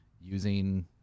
using